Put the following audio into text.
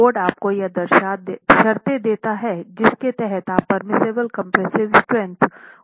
code आपको वह शर्तें देता है जिसके तहत आप परमिस्सबल कंप्रेसिव स्ट्रेंथ को बढ़ा सकते हैं